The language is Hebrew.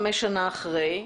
אחרי,